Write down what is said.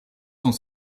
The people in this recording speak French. sont